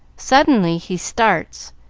suddenly he starts,